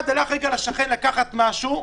אחד הלך לרגע לשכן לקחת משהו,